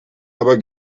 aber